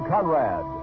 Conrad